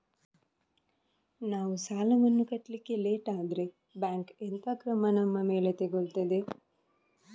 ನಾವು ಸಾಲ ವನ್ನು ಕಟ್ಲಿಕ್ಕೆ ಲೇಟ್ ಆದ್ರೆ ಬ್ಯಾಂಕ್ ಎಂತ ಕ್ರಮ ನಮ್ಮ ಮೇಲೆ ತೆಗೊಳ್ತಾದೆ?